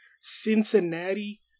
Cincinnati